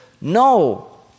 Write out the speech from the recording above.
no